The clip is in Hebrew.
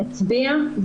הצביעה,